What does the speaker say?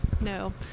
no